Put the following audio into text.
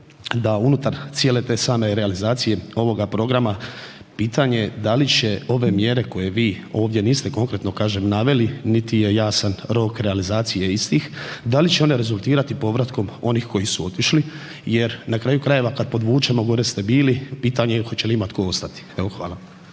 da unutar cijele te same realizacije ovoga programa, pitanje je da li će ovo mjere koje vi ovdje niste konkretno kažem, naveli niti je jasan rok realizacije istih, da li će one rezultirati povratkom onih koji su otišli jer na kraju krajeva, kad povučemo, gore ste bili, pitanje je hoće li imat ko ostati? Evo hvala.